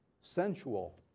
sensual